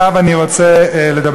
עכשיו אני רוצה להתחיל את שלוש הדקות שלי.